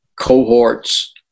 cohorts